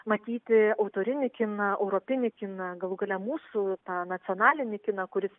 matyti autorinį kiną europinį kiną galų gale mūsų tą nacionalinį kiną kuris